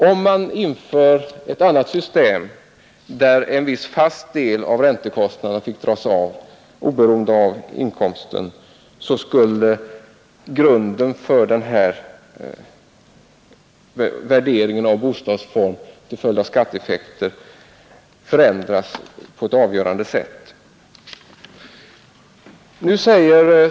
Om man inför ett annat system, där en viss fast del av räntekostnaderna får dras av oberoende av inkomsten skulle vi slippa att valet av bostadsform i så hög grad påverkas av skattesynpunkter.